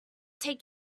take